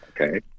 Okay